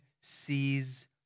sees